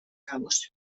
kabuz